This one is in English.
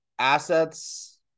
assets